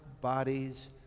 bodies